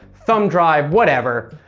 thumb drive, whatever,